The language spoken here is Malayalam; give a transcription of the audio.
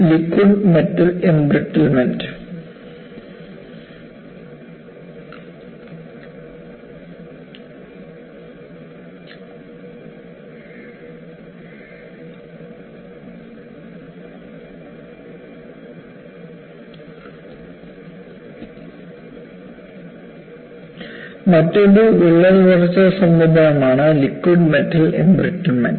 ലിക്വിഡ് മെറ്റൽ എംബ്രിട്ടിൽമെൻറ് മറ്റൊരു വിള്ളൽ വളർച്ച സംവിധാനമാണ് ലിക്വിഡ് മെറ്റൽ എംബ്രിട്ടിൽമെൻറ്